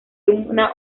una